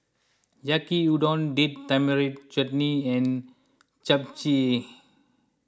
Yaki Udon Date Tamarind Chutney and Japchae